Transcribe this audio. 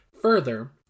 Further